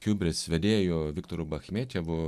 hiubris vedėju viktoru bachmetjevu